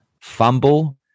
fumble